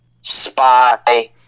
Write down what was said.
spy